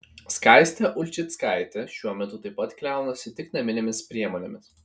skaistė ulčickaitė šiuo metu taip pat kliaunasi tik naminėmis priemonėmis